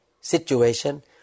situation